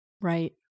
Right